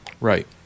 Right